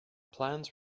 plans